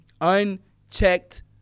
unchecked